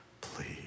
please